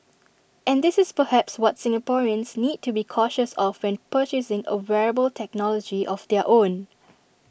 and this is perhaps what Singaporeans need to be cautious of when purchasing A wearable technology of their own